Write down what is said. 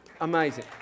Amazing